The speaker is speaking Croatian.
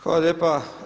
Hvala lijepa.